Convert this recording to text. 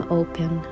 open